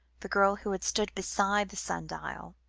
the girl who had stood beside the sun-dial,